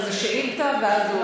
שאילתה ואז,